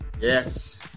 Yes